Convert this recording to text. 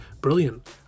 Brilliant